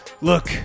Look